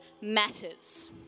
matters